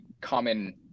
common